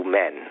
men